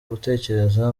gutekereza